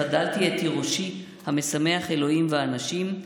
החדלתי את תירושי המשמח אלהים ואנשים,